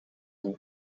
een